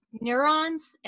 neurons